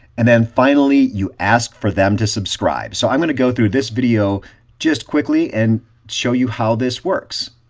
and then finally, you ask for them to subscribe. so i'm going to go through this video just quickly and show you how this works.